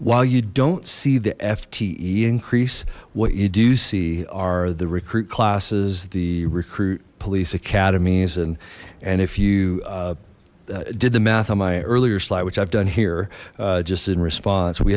while you don't see the fte increase what you do see are the recruit classes the recruit police academies and and if you did the math on my earlier slide which i've done here just in response we